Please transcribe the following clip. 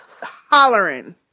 hollering